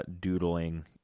doodling